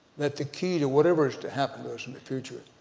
that the key to whatever is to happen to us in the future,